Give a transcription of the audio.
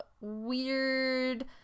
weird